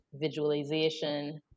Visualization